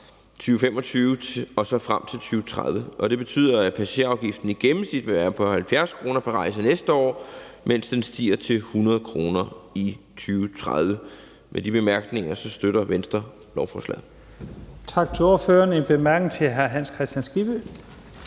2025 og frem til 2030. Det betyder, at passagerafgiften i gennemsnit vil være på 70 kr. pr. rejse næste år, mens den stiger til 100 kr. i 2030. Med de bemærkninger støtter Venstre lovforslaget. Kl. 22:59 Første næstformand (Leif Lahn